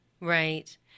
Right